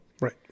right